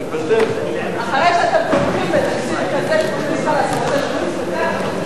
כבוד השר ברוורמן ישיב על הצעת האי-אמון בשם ממשלת ישראל.